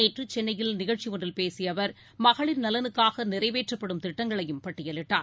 நேற்றுசென்னையில் நிகழ்ச்சிஒன்றில் பேசியஅவர் மகளிர் நலனுக்காகநிறைவேற்றப்படும் திட்டங்களையும் பட்டியலிட்டார்